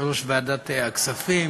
ויושב-ראש ועדת הכספים